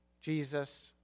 Jesus